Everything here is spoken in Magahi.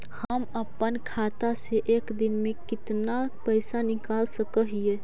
हम अपन खाता से एक दिन में कितना पैसा निकाल सक हिय?